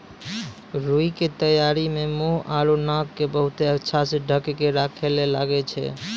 रूई के तैयारी मं मुंह आरो नाक क बहुत अच्छा स ढंकी क राखै ल लागै छै